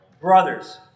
brothers